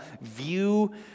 View